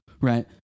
Right